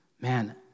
man